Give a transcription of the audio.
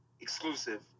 exclusive